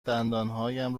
دندانهایم